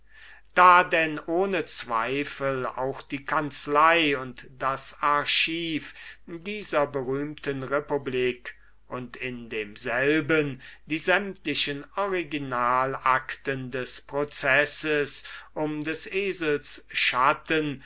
da dann ohne zweifel auch die kanzlei und das archiv dieser berühmten republik und in demselben die sämtlichen originalacten des processes um des esels schatten